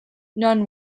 none